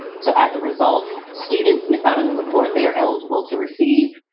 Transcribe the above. so, as a result, students miss out on the support they are eligible to receive,